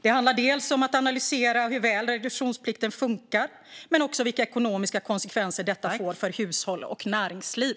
Det handlar dels om att analysera hur väl reduktionsplikten funkar, dels vilka ekonomiska konsekvenser detta får för hushåll och näringsliv.